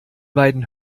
beiden